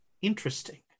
Interesting